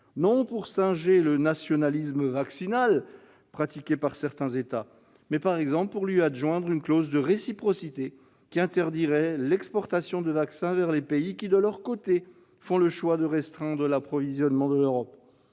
non pour singer le « nationalisme vaccinal » pratiqué par certains États, mais par exemple pour lui adjoindre une clause de réciprocité qui interdirait l'exportation de vaccins vers les pays qui font le choix de restreindre l'approvisionnement de l'Europe.